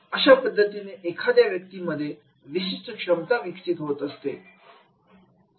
अशा पद्धतीने एखाद्या व्यक्तीमध्ये विशिष्ट क्षमता विकसित होत असते